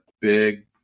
big